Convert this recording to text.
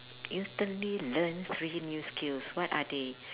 instantly learn three new skills what are they